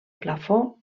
plafó